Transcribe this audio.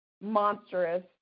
monstrous